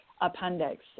appendix